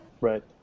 Right